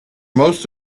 most